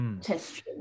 test